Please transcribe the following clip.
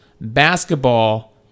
basketball